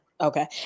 Okay